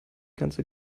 ganze